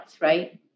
right